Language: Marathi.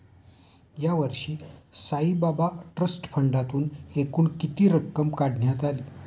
यावर्षी साईबाबा ट्रस्ट फंडातून एकूण किती रक्कम काढण्यात आली?